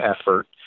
effort